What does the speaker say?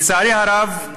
לצערי הרב,